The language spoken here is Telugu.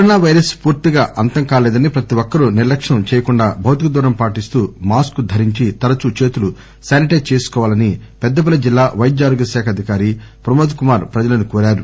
కరోనా వైరస్ పూర్తిగా అంతం కాలేదని ప్రతి ఒక్కరు నిర్లక్ష్యం చేయకుండ భౌతికదూరం పాటిస్తూ మాస్కు ధరించి తరచు చేతులు శానిటైజ్ చేసుకోవాలని పెద్దపల్లి జిల్లా వైద్య ఆరోగ్య శాఖ అధికారి ప్రమోద్ కుమార్ ప్రజలను కోరారు